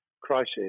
crisis